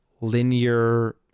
linear